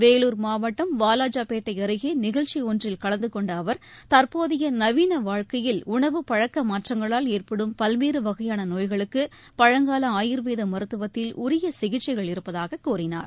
வேலூர் மாவட்டம் வாலாஜாபேட்டை அருகே நிகழ்ச்சி ஒன்றில் கலந்தகொண்ட அவர் தற்போதைய நவீன வாழ்க்கையில் உணவு பழக்க மாற்றங்களால் ஏற்படும் பல்வேறு வகையான நோய்களுக்கு பழங்கால ஆயுர்வேத மருத்துவத்தில் உரிய சிகிச்சைகள் இருப்பதாக கூறினார்